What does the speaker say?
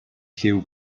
lliw